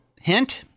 Hint